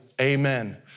Amen